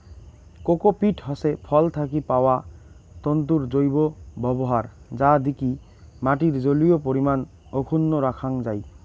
cocopeat হসে ফল থাকি পাওয়া তন্তুর জৈব ব্যবহার যা দিকি মাটির জলীয় পরিমান অক্ষুন্ন রাখাং যাই